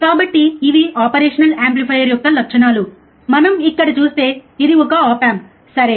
కాబట్టి ఇవి operational amplifier యొక్క లక్షణాలు మనం ఇక్కడ చూస్తే ఇది ఒక ఆప్ ఆంప్ సరే